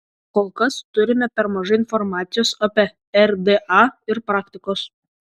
kol kas turime per mažai informacijos apie rda ir praktikos